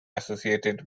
associated